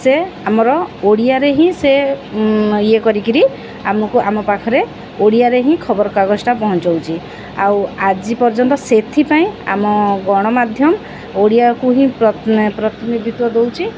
ସେ ଆମର ଓଡ଼ିଆରେ ହିଁ ସେ ଇଏ କରିକିରି ଆମକୁ ଆମ ପାଖରେ ଓଡ଼ିଆରେ ହିଁ ଖବରକାଗଜଟା ପହଞ୍ଚଉଛି ଆଉ ଆଜି ପର୍ଯ୍ୟନ୍ତ ସେଥିପାଇଁ ଆମ ଗଣମାଧ୍ୟମ ଓଡ଼ିଆକୁ ହିଁ ପ୍ରତି ପ୍ରତିନିଧିତ୍ୱ ଦଉଛି